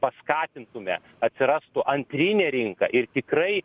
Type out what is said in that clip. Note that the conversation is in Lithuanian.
paskatintume atsirastų antrinė rinka ir tikrai